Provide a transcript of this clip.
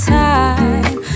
time